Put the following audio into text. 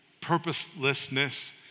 purposelessness